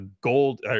gold